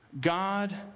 God